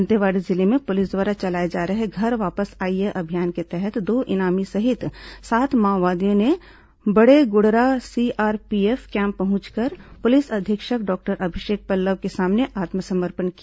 दंतेवाड़ा जिले में पुलिस द्वारा चलाए जा रहे घर वापस आइये अभियान के तहत दो इनामी सहित सात माओवादियों ने बड़ेगुडरा सीआरपीएफ कैम्प पहुंचकर पुलिस अधीक्षक डॉक्टर अभिषेक पल्लव के सामने आत्मसमर्पण किया